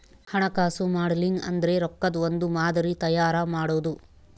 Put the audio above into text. ಹಣಕಾಸು ಮಾಡೆಲಿಂಗ್ ಅಂದ್ರೆ ರೊಕ್ಕದ್ ಒಂದ್ ಮಾದರಿ ತಯಾರ ಮಾಡೋದು